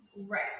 right